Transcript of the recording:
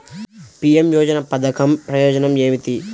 PM యోజన పధకం ప్రయోజనం ఏమితి?